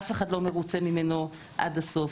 אף אחד לא מרוצה ממנו עד הסוף,